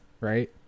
right